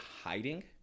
hiding